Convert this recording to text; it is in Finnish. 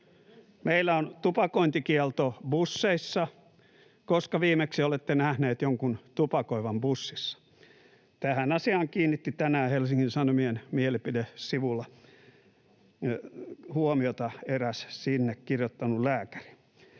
Meillä on tupakointikielto busseissa. Koska viimeksi olette nähneet jonkun tupakoivan bussissa? Tähän asiaan kiinnitti tänään Helsingin Sanomien mielipidesivulla huomiota eräs sinne kirjoittanut lääkäri.